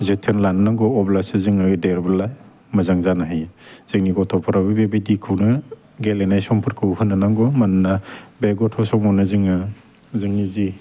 जोथोन लानो नांगौ अब्लासो जोङो बे देरबोला मोजां जानो हायो जोंनि गथ'फोराबो बेबायदिखौनो गेलेनाय समफोरखौ होनो नांगौ मानोना बे गथ' समावनो जोङो जोंनि जि